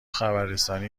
خبررسانی